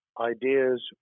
ideas